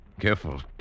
Careful